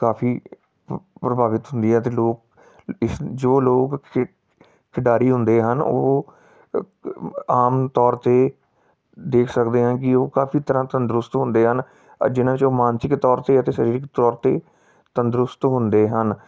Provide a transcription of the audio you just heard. ਕਾਫੀ ਪ ਪ੍ਰਭਾਵਿਤ ਹੁੰਦੀ ਹੈ ਅਤੇ ਲੋਕ ਇਸ ਜੋ ਲੋਕ ਖੇ ਖਿਡਾਰੀ ਹੁੰਦੇ ਹਨ ਉਹ ਆਮ ਤੌਰ 'ਤੇ ਦੇਖ ਸਕਦੇ ਹਾਂ ਕਿ ਉਹ ਕਾਫੀ ਤਰ੍ਹਾਂ ਤੰਦਰੁਸਤ ਹੁੰਦੇ ਹਨ ਆ ਜਿਹਨਾਂ ਵਿੱਚ ਉਹ ਮਾਨਸਿਕ ਤੌਰ 'ਤੇ ਅਤੇ ਸਰੀਰ ਤੌਰ 'ਤੇ ਤੰਦਰੁਸਤ ਹੁੰਦੇ ਹਨ